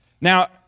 Now